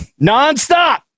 nonstop